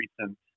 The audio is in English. recent